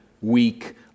weak